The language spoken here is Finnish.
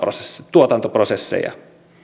tuotantoprosesseja en usko minäkään